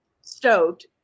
stoked